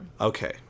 Okay